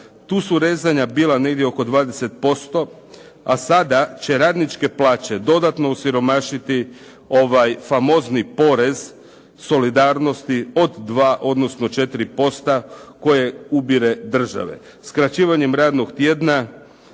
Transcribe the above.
Tu su rezanja bila negdje oko 20%, a sada će radničke plaće dodatno osiromašiti ovaj famozni porez solidarnosti od 2, odnosno 4% koje ubire država. Skraćivanjem radnog tjedna